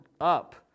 up